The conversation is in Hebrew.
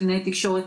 קלינאי תקשורת.